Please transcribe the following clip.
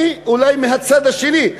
אני אולי מהצד השני.